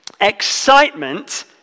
excitement